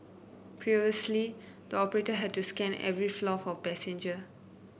previously the operator had to scan every floor for passengers